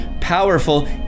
powerful